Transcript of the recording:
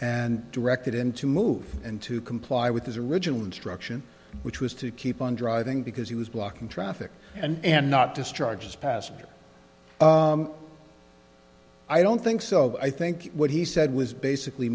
and directed him to move and to comply with his original instruction which was to keep on driving because he was blocking traffic and not discharge his passenger i don't think so i think what he said was basically